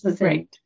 right